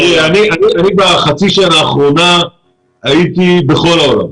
בחצי השנה האחרונה הייתי בכל העולם,